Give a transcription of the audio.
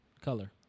color